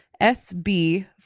SB